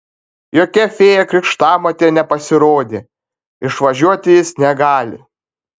jokia fėja krikštamotė nepasirodė išvažiuoti jis negali